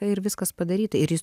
ir viskas padaryta ir jis